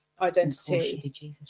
identity